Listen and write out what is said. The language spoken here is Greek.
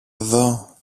εδώ